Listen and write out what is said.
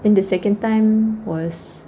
and the second time was